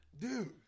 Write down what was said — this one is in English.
dude